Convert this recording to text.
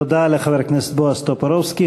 תודה לחבר הכנסת בועז טופורובסקי.